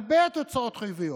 הרבה תוצאות חיוביות.